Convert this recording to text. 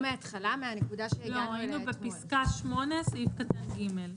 לא, היינו בפסקה 8 ס"ק ג'.